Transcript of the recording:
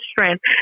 strength